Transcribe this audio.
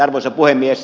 arvoisa puhemies